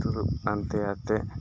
ᱫᱩᱲᱩᱵ ᱯᱟᱱᱛᱮ ᱠᱟᱛᱮᱫ